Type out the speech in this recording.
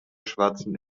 schwarzen